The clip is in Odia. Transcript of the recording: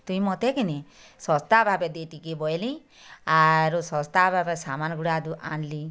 ତୁଇ ମତେ କିନି ଶସ୍ତା ଭାବେ ଦେ ଟିକେ ବୋଏଲି ଆରୁ ଶସ୍ତା ଭାବେ ସମାନ୍ ଗୁଡ଼ାଦୁ ଆଣ୍ଲି